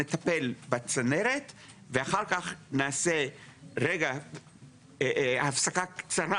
נטפל בצנרת ואחר כך נעשה רגע הפסקה קצרה